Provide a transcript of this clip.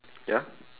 ya